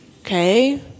Okay